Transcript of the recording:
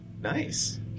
Nice